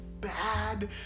bad